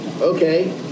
okay